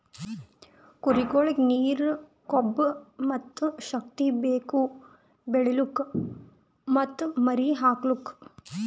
ಕುರಿಗೊಳಿಗ್ ನೀರ, ಕೊಬ್ಬ ಮತ್ತ್ ಶಕ್ತಿ ಬೇಕು ಬೆಳಿಲುಕ್ ಮತ್ತ್ ಮರಿ ಹಾಕಲುಕ್